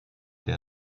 der